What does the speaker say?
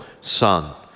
son